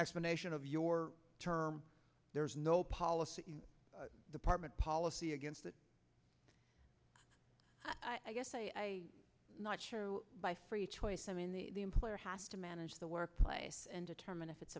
explanation of your there's no policy department policy against that i guess i am not sure by free choice i mean the the employer has to manage the workplace and determine if it's